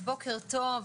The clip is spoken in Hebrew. בוקר טוב,